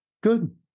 good